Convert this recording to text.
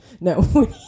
No